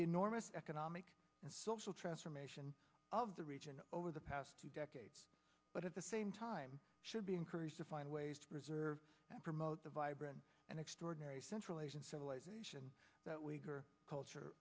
the enormous economic and social transformation of the region over the past few decades but at the same time should be encouraged to find ways to preserve and promote the vibrant and extraordinary central asian civilization that we grew culture